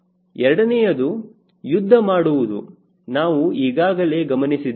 ಎರಡನೆಯದು ಯುದ್ಧ ಮಾಡುವುದು ನಾವು ಈಗಾಗಲೇ ಗಮನಿಸಿದ್ದೇವೆ